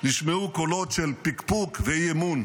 נשמעו קולות של פקפוק ואי-אמון,